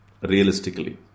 Realistically